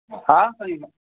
हा साईं